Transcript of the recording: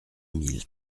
mille